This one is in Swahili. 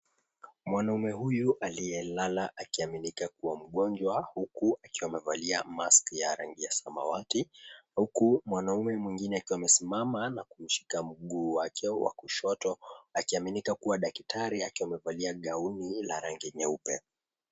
Mwanaume huyu aliyelala akiaminika kuwa mgonjwa huku akiwa amevalia mask ya rangi ya samawati, huku mwanaume mwingine akiwa amesimama na kumshika mguu wake wa kushoto akiaminika kuwa daktari akiwaamevalia gauni la rangi nyeupe.